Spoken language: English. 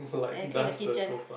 and clean the kitchen